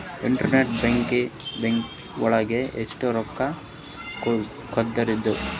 Internet banking ಒಳಗೆ ಎಷ್ಟ್ ರೊಕ್ಕ ಕಲ್ಸ್ಬೋದ್ ರಿ?